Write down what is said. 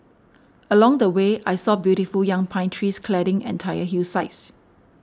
along the way I saw beautiful young pine trees cladding entire hillsides